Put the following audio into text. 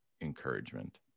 encouragement